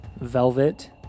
Velvet